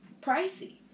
pricey